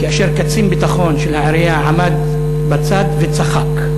כאשר קצין ביטחון של העירייה עמד בצד וצחק.